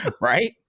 Right